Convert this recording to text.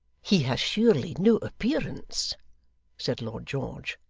he has surely no appearance said lord george,